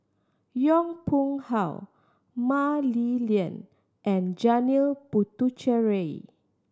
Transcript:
Yong Pung How Mah Li Lian and Janil Puthucheary